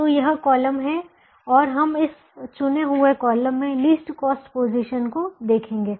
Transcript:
तो यह कॉलम है और हम इस चुने हुए कॉलम में लीस्ट कॉस्ट पोजीशन को देखेंगे